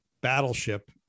battleship